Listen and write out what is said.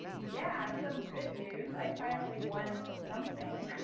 yeah. some good news. i finally won something.